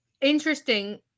interesting